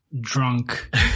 drunk